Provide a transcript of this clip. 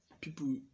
people